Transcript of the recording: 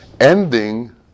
ending